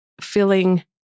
feeling